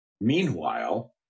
Meanwhile